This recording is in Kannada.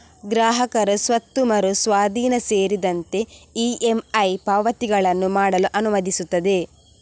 ಗ್ರಾಹಕರು ಸ್ವತ್ತು ಮರು ಸ್ವಾಧೀನ ಸೇರಿದಂತೆ ಇ.ಎಮ್.ಐ ಪಾವತಿಗಳನ್ನು ಮಾಡಲು ಅನುಮತಿಸುತ್ತದೆ